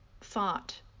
thought